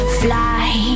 fly